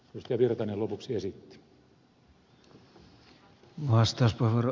erkki virtanen lopuksi esitti